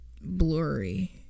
blurry